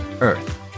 earth